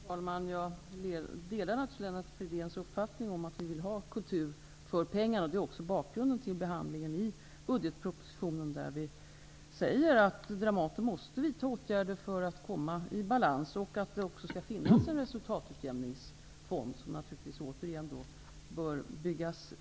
Herr talman! Jag delar naturligtvis Lennart Fridéns uppfattning att vi skall ha kultur för pengarna. Det är också bakgrunden till behandlingen i budgetpropositionen, när vi säger att Dramaten måste vidta åtgärder för att komma i balans och att det måste finnas en resultatutjämningsfond. Detta är en fråga.